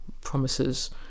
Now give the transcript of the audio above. promises